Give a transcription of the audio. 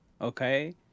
okay